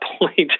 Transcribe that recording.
point